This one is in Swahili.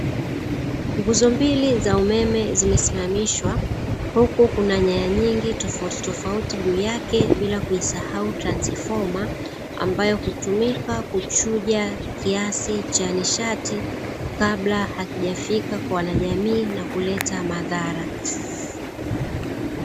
Nguzo mbili za umeme zimesimamishwa, huku kuna nyaya nyingi tofautitofauti yake bila kuisahau transfoma, ambayo hutumika kuchuja kiasi cha nishati kabla hakijafika kwa wanajamii na kuleta madhara.